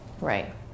Right